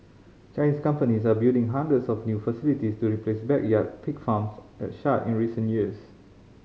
Chinese companies are building hundreds of new facilities to replace backyard pig farms that shut in recent years